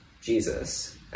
Jesus